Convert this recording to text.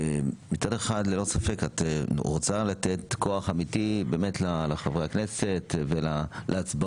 מצד אחד ללא ספק את רוצה לתת כוח אמיתי באמת לחברי הכנסת ולהצבעות,